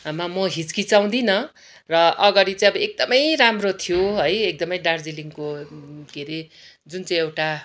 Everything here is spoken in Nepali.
मा म हिच्किचाउँदिनँ र अघाडि चाहिँ अब एकदमै राम्रो थियो है एकदमै दार्जिलिङको के अरे जुन चाहिँ एउटा